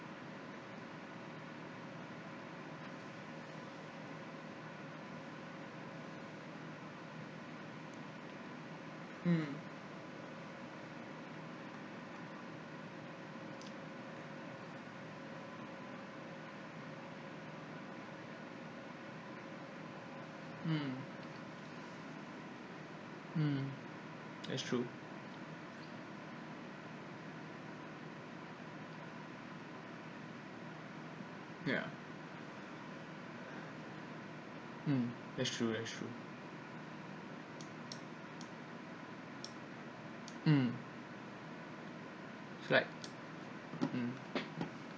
mm mm mm that's true yeah mm that's true that's true mm it's like mm